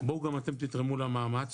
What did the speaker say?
בואו גם אתם תתרמו למאמץ